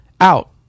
out